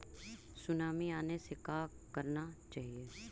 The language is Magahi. सुनामी आने से का करना चाहिए?